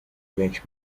benshi